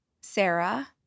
Sarah